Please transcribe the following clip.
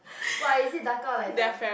what it is darker or lighter